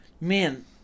man